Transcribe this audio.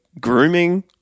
grooming